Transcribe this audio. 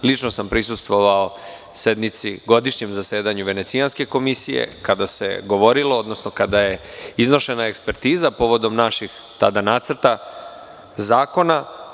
Lično sam prisustvovao godišnjem zasedanju Venecijanske komisije kada se govorilo, odnosno kada je iznošena ekspertiza povodom naših tada nacrta zakona.